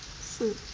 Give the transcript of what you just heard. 是